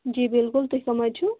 جِی بِلکُل تُہۍ کٕم حَظ چھِو